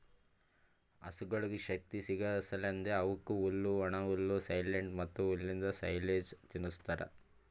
ಹಸುಗೊಳಿಗ್ ಶಕ್ತಿ ಸಿಗಸಲೆಂದ್ ಅವುಕ್ ಹುಲ್ಲು, ಒಣಹುಲ್ಲು, ಸೈಲೆಜ್ ಮತ್ತ್ ಹುಲ್ಲಿಂದ್ ಸೈಲೇಜ್ ತಿನುಸ್ತಾರ್